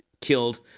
killed